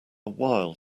while